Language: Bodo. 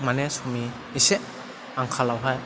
माने समनि एसे आंखालाव हाय